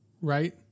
right